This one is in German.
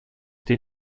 den